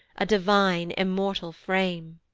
a divine immortal frame.